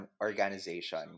organization